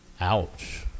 Ouch